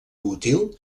útil